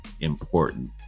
important